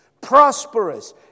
prosperous